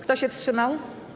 Kto się wstrzymał?